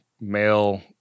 male